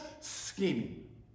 scheming